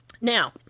Now